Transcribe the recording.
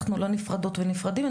אנחנו לא נפרדות ונפרדים.